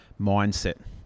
mindset